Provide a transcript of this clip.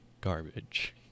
garbage